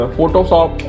Photoshop